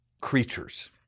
creatures